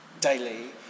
daily